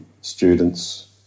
students